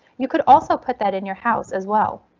you could also put that in your house as well.